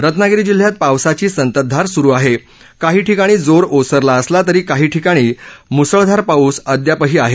रत्नागिरी जिल्ह्यात पावसाची संतधार सुरु आहे काही ठिकाणी जोर ओसरला असला तरी काही ठिकाणी मुसळधार पाऊस अद्यापही आहे